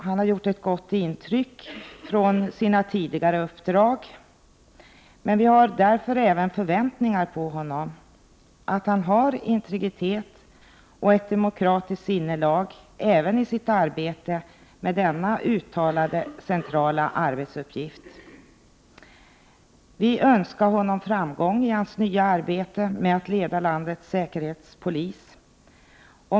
Han har gjort ett gott intryck genom sina tidigare uppdrag. Vi har därför även förväntningar på att han har integritet och ett demokratiskt sinnelag även i sitt arbete med denna uttalat centrala arbetsuppgift. Vi önskar honom framgång i hans nya arbete med att leda landets säkerhetspolis.